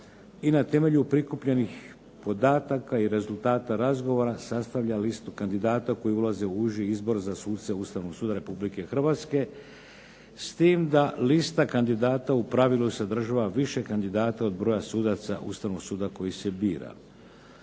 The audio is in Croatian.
i na temelju prikupljenih podataka i rezultata razgovora sastavlja listu kandidata koji ulaze u uži izbor za suca ustavnog suda Republike Hrvatske, s tim da lista kandidata u pravilu sadržava više kandidata od broja sudaca Ustavnog suda koji se bira.